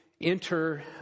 enter